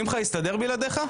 שמחה יסתדר בלעדיך?